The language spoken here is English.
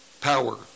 power